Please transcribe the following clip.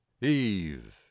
Eve